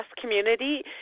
community